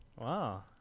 Wow